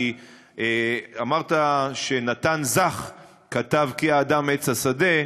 כי אמרת שנתן זך כתב: "כי האדם עץ השדה",